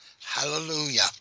Hallelujah